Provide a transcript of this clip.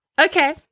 Okay